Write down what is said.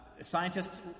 scientists